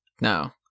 No